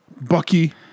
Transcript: Bucky